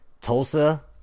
Tulsa